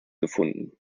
gefunden